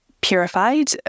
purified